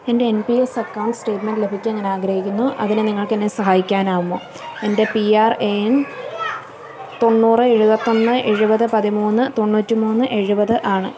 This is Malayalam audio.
എൻ്റെ N P S account statement ലഭിക്കാൻ ഞാൻ ആഗ്രഹിക്കുന്നു അതിന് നിങ്ങൾക്കെന്നെ സഹായിക്കാനാകുമോ എൻ്റെ പി ആർ എ എൻ തൊണ്ണൂറ് എഴുപത്തൊന്ന് എഴുപത് പതിമൂന്ന് തൊണ്ണൂറ്റി മൂന്ന് എഴുപത് ആണ്